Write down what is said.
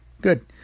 Good